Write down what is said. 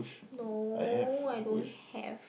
no I don't have